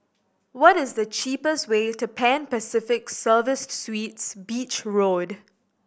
what is the cheapest way to Pan Pacific Serviced Suites Beach Road